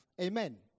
Amen